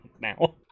now